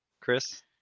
chris